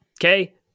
Okay